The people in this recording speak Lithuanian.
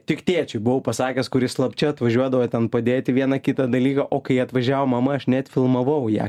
tik tėčiui buvau pasakęs kuris slapčia atvažiuodavo ten padėti vieną kitą dalyką o kai atvažiavo mama aš net filmavau ją